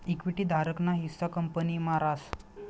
equity धारक ना हिस्सा कंपनी मा रास